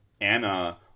Anna